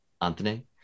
Anthony